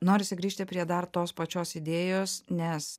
norisi grįžti prie dar tos pačios idėjos nes